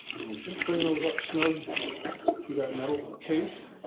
we'll just bring those up snug to that metal case.